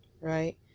Right